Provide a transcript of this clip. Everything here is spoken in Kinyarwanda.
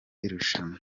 irushanwa